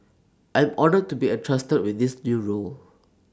I am honoured to be entrusted with this new role